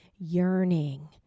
yearning